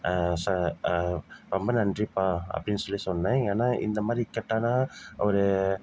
ரொம்ப நன்றிப்பா அப்படின்னு சொல்லி சொன்னேன் ஏன்னா இந்தமாதிரி இக்கட்டான ஒரு